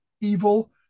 evil